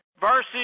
versus